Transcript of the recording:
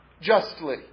justly